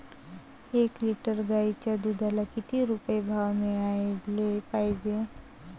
एक लिटर गाईच्या दुधाला किती रुपये भाव मिळायले पाहिजे?